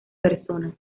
personas